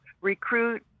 recruit